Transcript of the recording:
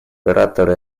ораторы